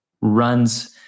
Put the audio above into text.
runs